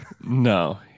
no